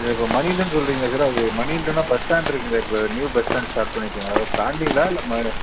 இது இப்போ மணிகண்டன்னு சொல்கிறீங்களே சார் அவர் மணிகண்டன்னா பஸ் ஸ்டாண்ட் இருக்குதுங்களே இப்போ நியூ பஸ் ஸ்டாண்ட் ஸ்டார்ட் பண்ணிருக்காங்களே அதை தாண்டிங்களா இல்லை முதல்லே